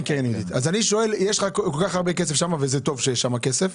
יש לך כל כך הרבה כסף וזה טוב שיש כשם כסף.